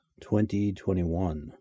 2021